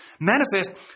manifest